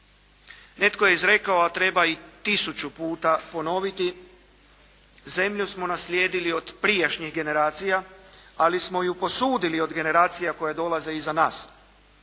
Netko je izrekao a treba i tisuću puta ponoviti, zemlju smo naslijedili od prijašnjih generacija, ali smo ih posudili od generacija koje dolaze iza nas.